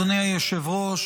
אדוני היושב-ראש,